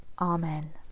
Amen